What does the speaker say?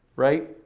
right?